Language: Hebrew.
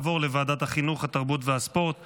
לוועדת החינוך, התרבות והספורט נתקבלה.